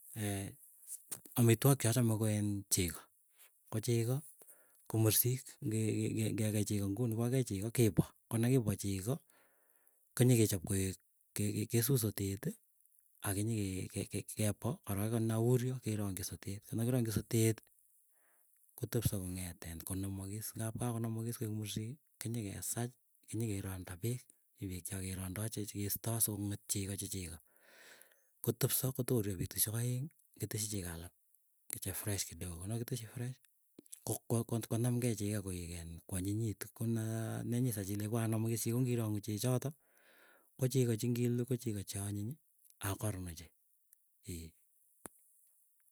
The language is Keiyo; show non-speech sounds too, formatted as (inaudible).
(hesitation) amitwok chachame kooin chego, kochego ko mursik ngekei chego nguni kokakikei chego kipoo. Konakipo chegoo konyekechap koe, kesut soteti akinyekee ke ke kepoo korok ko neuryo keronji sotet. Konakiranji sotet kotepso kong'etin konamakis, ngap kakonamakis koek mursik kenyeke sach kenyeke randa peek, mii peek chakerodooi chekestoi sokong'et chego che chegoo. Kotepso kotokoruryo petusyek aeng keteschi chegoo alak che fresh kidogo. Konakiteschi fresh konamkei ichegei koek iin kwanyinyitu, konaa nenyi sach ilei kokaanamakis chego kongirong'uu nenyisach ilechi kokakonamakis chogo kongirong'uu chechoto kochego chengilu, ko chego cheanyiny ako koron ochei ee.